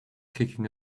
kicking